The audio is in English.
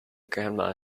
grandma